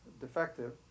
defective